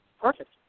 Perfect